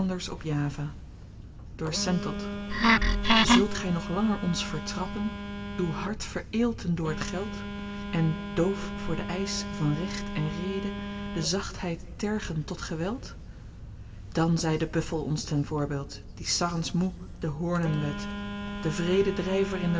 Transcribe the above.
op java door sentot zult gy nog langer ons vertrappen uw hart vereelten door het geld en doof voor de eisch van recht en rede de zachtheid tergen tot geweld dan zy de buffel ons ten voorbeeld die sarrens moê de hoornen wet den wreeden